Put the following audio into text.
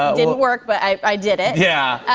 didn't work, but i did it. yeah.